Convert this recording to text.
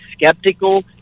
skeptical